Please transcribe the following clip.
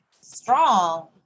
strong